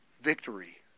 victory